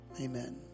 Amen